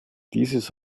dieses